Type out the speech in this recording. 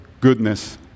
goodness